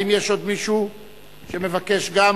האם יש עוד מישהו שמבקש גם?